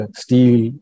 steel